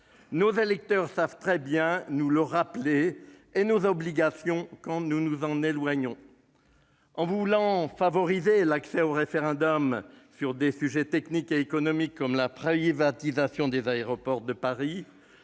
Nos électeurs savent très bien nous rappeler à nos obligations quand nous nous en éloignons. En voulant favoriser l'accès au référendum sur des sujets techniques et économiques comme la privatisation d'Aéroports de Paris,